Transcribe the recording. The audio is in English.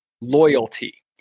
loyalty